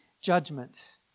judgment